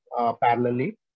parallelly